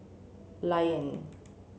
lion